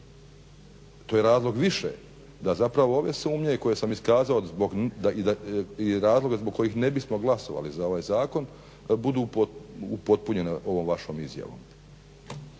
To je razlog više, da zapravo ove sumnje koje sam iskazao zbog i razloga zbog kojih ne bismo glasovali za ovaj zakon budu upotpunjene ovom vašom izjavom.